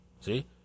See